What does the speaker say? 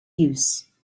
use